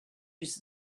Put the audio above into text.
use